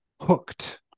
hooked